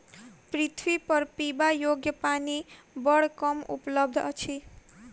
पृथ्वीपर पीबा योग्य पानि बड़ कम उपलब्ध अछि